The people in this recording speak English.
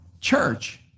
church